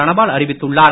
தனபால் அறிவித்துள்ளார்